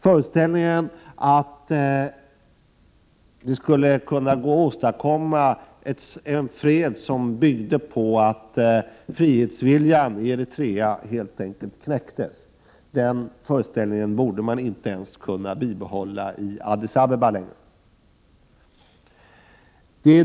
Föreställningen att det skulle kunna gå att åstadkom 23 november 1988 ma en fred, som byggde på att frihetsviljan i Eritrea helt enkelt knäcktes, borde man inte längre kunna bibehålla ens i Addis Abeba.